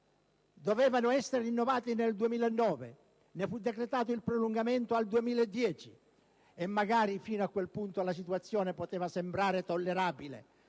Dovevano essere rinnovati nel 2009, ne fu decretato il prolungamento al 2010, e magari fino a quel punto la situazione poteva sembrare tollerabile,